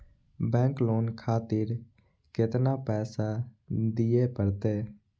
Bank loan खातीर केतना पैसा दीये परतें?